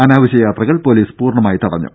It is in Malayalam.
അനാവശ്യ യാത്രകൾ പൊലീസ് പൂർണമായി തടഞ്ഞു